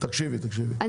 לא, לא.